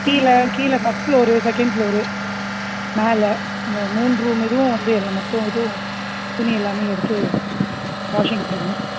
கீழே கீழே first floor second floor மேலே இந்த மூணு ரூம் இதுவும் வந்து எல்லா மொத்த இதுவும் துணியெல்லாம் எடுத்து வாஷிங் கொடுக்கணும்